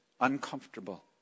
uncomfortable